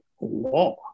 law